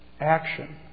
action